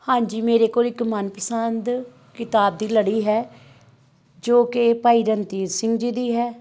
ਹਾਂਜੀ ਮੇਰੇ ਕੋਲ ਇੱਕ ਮਨਪਸੰਦ ਕਿਤਾਬ ਦੀ ਲੜੀ ਹੈ ਜੋ ਕਿ ਭਾਈ ਰਣਧੀਰ ਸਿੰਘ ਜੀ ਦੀ ਹੈ